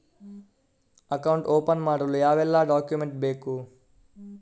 Account open ಮಾಡಲು ಯಾವೆಲ್ಲ document ಬೇಕು?